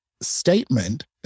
statement